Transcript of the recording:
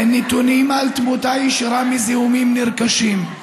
אין נתונים על תמותה ישירה מזיהומים נרכשים.